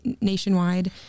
nationwide